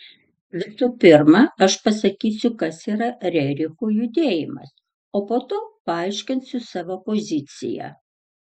visų pirma aš pasakysiu kas yra rerichų judėjimas o po to paaiškinsiu savo poziciją